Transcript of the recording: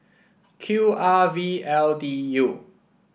Q R V L D U